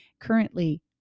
currently